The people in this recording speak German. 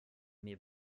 mir